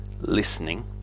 listening